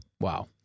Wow